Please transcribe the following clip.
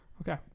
Okay